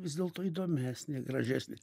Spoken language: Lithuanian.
vis dėlto įdomesnė gražesnė